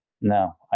no